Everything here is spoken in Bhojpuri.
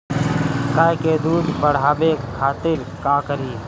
गाय के दूध बढ़ावे खातिर का करी?